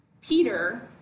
Peter